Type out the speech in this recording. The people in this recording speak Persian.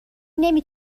نمی